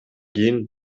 кийин